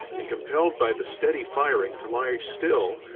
and compelled by the steady firing to lie still,